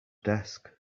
desk